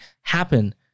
happen